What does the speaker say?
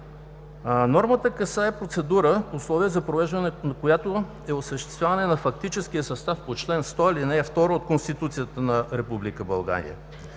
Нормата касае процедура, условие за провеждането на която е осъществяване на фактическия състав по чл. 100, ал. 2 от Конституцията на